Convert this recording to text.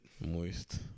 Moist